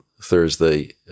Thursday